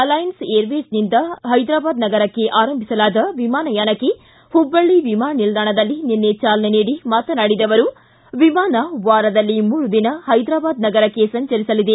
alliance ಏರ್ವೇಸ್ನಿಂದ ಹೈದರಾಬಾದ್ ನಗರಕ್ಕೆ ಆರಂಭಿಸಲಾದ ವಿಮಾನಯಾನಕ್ಕೆ ಹುಬ್ಬಳ್ಳ ವಿಮಾನ ನಿಲ್ದಾಣದಲ್ಲಿ ನಿನ್ನೆ ಚಾಲನೆ ನೀಡಿ ಮಾತನಾಡಿದ ಅವರು ವಿಮಾನ ವಾರದಲ್ಲಿ ಮೂರು ದಿನ ಹೈದರಾಬಾದ್ ನಗರಕ್ಕೆ ಸಂಚರಿಸಲಿದೆ